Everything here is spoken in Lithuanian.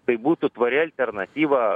tai būtų tvari alternatyva